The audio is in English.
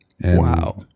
Wow